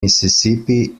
mississippi